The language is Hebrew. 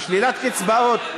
שלילת קצבאות.